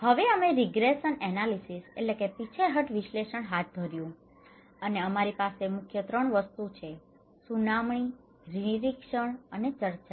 તેથી હવે અમે રીગ્રેસન એનાલિસિસ regression analysis પીછેહઠ વિશ્લેષણ હાથ ધર્યું અને અમારી પાસે મુખ્ય ત્રણ વસ્તુ છે સુનાવણી નિરીક્ષણ અને ચર્ચા